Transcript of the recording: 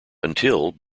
until